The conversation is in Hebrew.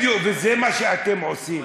בדיוק, וזה מה שאתם עושים.